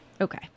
Okay